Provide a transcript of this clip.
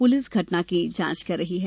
police घटना की जांच कर रही है